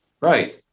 Right